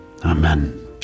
Amen